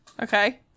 Okay